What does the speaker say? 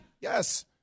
Yes